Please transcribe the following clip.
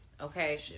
Okay